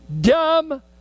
dumb